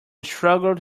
shrugged